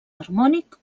harmònic